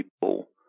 people